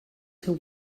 seu